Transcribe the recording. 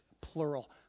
plural